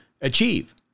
achieve